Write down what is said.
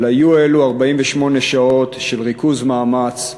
אבל היו אלו 48 שעות של ריכוז מאמץ,